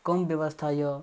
कम व्यवस्था यऽ